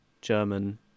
German